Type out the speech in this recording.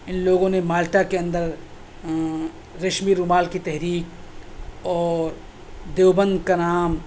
ان لوگوں نے مالٹا کے اندر ریشمی رومال کی تحریک اور دیوبند کا نام